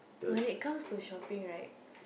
when it comes to shopping right